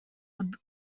would